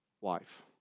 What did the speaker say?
wife